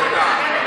שישחרר אותה.